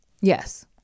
Yes